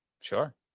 sure